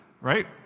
right